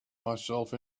myself